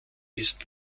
ist